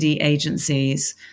agencies